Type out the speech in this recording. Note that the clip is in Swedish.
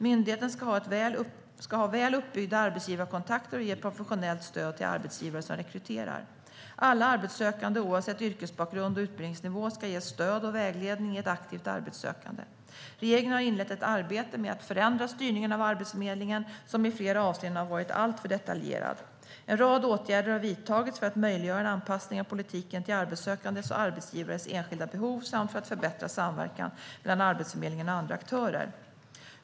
Myndigheten ska ha väl uppbyggda arbetsgivarkontakter och ge ett professionellt stöd till arbetsgivare som rekryterar. Alla arbetssökande oavsett yrkesbakgrund och utbildningsnivå ska ges stöd och vägledning i ett aktivt arbetssökande. Regeringen har inlett ett arbete med att förändra styrningen av Arbetsförmedlingen, som i flera avseenden har varit alltför detaljerad. En rad åtgärder har vidtagits för att möjliggöra en anpassning av politiken till arbetssökandes och arbetsgivares enskilda behov samt för att förbättra samverkan mellan Arbetsförmedlingen och andra aktörer.